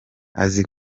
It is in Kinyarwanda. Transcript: azi